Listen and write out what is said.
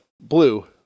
blue